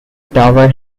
tower